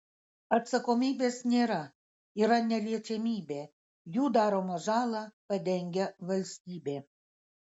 atsakomybės nėra yra neliečiamybė jų daromą žalą padengia valstybė